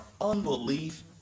Unbelief